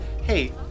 Hey